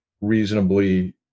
reasonably